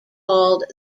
called